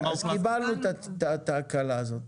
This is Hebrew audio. קיבלנו את ההקלה הזו.